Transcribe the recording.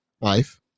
life